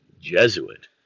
Jesuit